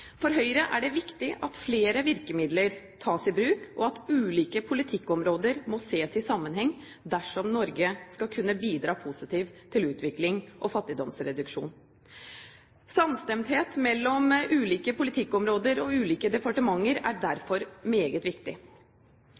For Høyre er det viktig at flere virkemidler tas i bruk, og at ulike politikkområder må ses i sammenheng dersom Norge skal kunne bidra positivt til utvikling og fattigdomsreduksjon. Samstemthet mellom ulike politikkområder og ulike departementer er derfor meget viktig.